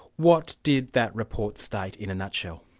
what did that report state, in a nutshell?